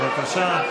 בבקשה.